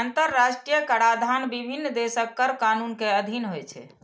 अंतरराष्ट्रीय कराधान विभिन्न देशक कर कानून के अधीन होइ छै